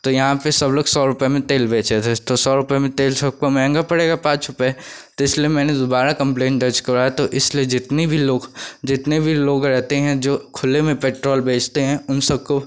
तो यहाँ पर सब लोग सौ रुपये में तेल बेच रहे थे तो सौ रुपये में तेल सबको महंगा पड़ेगा पाँच रुपये तो इसलिए मैंने दोबारा कम्प्लेन दर्ज करवाया तो इसलिए जितने भी लोग जितने भी लोग रहते हैं जो खुले में पेट्रोल बेचते हैं उन सबको